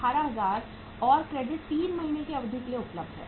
18000 और क्रेडिट 3 महीने की अवधि के लिए उपलब्ध है